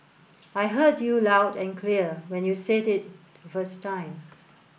I heard you loud and clear when you said it first time